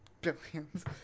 billions